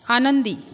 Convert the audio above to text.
आनंदी